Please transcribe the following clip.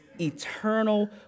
eternal